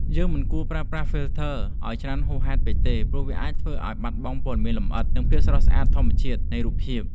យើងមិនគួរប្រើប្រាស់ ហ្វីលធ័រ ឱ្យច្រើនហួសហេតុពេកទេ ព្រោះវាអាចធ្វើឱ្យបាត់បង់ព័ត៌មានលម្អិត និងភាពស្រស់ស្អាតធម្មជាតិនៃរូបភាព។